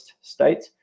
state